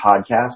podcast